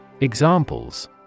Examples